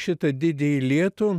šitą didįjį lietų